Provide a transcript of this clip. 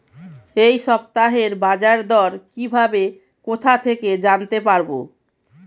এই সপ্তাহের বাজারদর কিভাবে কোথা থেকে জানতে পারবো?